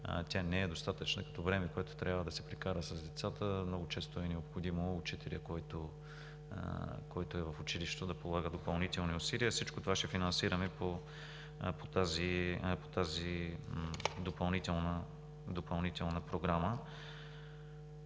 тя не е достатъчна като време, което трябва да се прекара с децата. Много често е необходимо учителят, който е в училището, да полага допълнителни усилия. Всичко това ще финансираме по тази допълнителна програма.